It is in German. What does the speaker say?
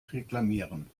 reklamieren